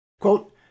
Quote